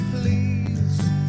please